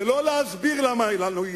זה לא להסביר לנו למה אי-אפשר,